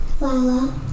Lila